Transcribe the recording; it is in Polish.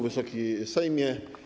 Wysoki Sejmie!